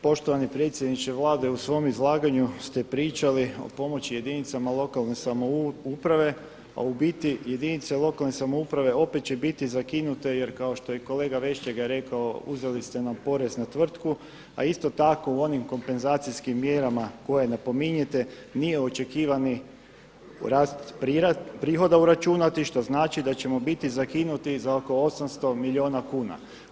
Poštovani predsjedniče Vlade, u svom izlaganju ste pričali o pomoći jedinicama lokalne samouprave a u biti jedinice lokalne samouprave opet će biti zakinute jer kao što je i kolega Vešligaj rekao, uzeli ste nam porez na tvrtku a isto tako u onim kompenzacijskim mjerama koje napominjete nije očekivani rast prihoda uračunat i što znači da ćemo biti zakinuti za oko 800 milijuna kuna.